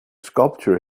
sculpture